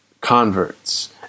converts